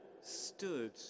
stood